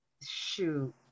shoot